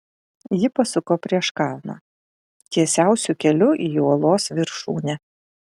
ji pasuko prieš kalną tiesiausiu keliu į uolos viršūnę